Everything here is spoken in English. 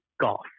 golf